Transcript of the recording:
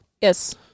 Yes